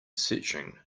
searching